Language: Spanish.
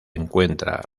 encuentra